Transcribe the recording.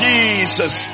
Jesus